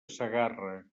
segarra